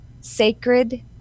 sacred